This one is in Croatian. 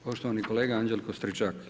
Poštovani kolega Anđelko Stričak.